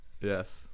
yes